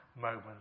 moment